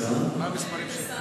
מה המספרים?